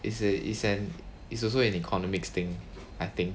is it is an is also an economics thing I think